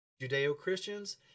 Judeo-Christians